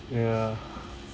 yeah